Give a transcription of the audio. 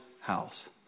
house